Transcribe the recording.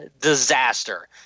disaster